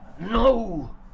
no